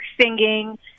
singing